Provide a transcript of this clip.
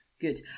Good